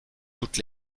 toutes